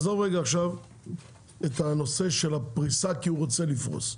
עזוב רגע עכשיו את הנושא של הפריסה כי הוא רוצה לפרוס.